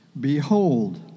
Behold